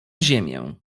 ziemię